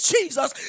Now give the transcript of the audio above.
Jesus